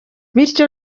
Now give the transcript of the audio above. bityo